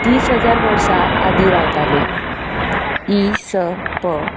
तीस हजार वर्सां आदी रावताले इ स प